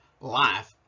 life